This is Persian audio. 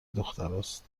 دختراست